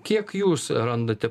kiek jūs randate